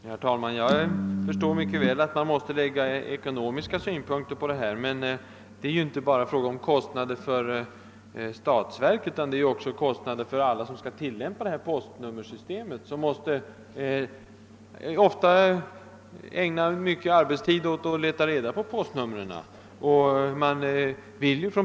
Herr talman! Jag förstår mycket väl att man måste lägga ekonomiska synpunkter på denna fråga. Det uppstår emellertid kostnader inte bara för statsverket utan också för alla dem som skall tillämpa postnummersystemet — de måste ofta ägna mycken tid åt att leta reda på postnumren.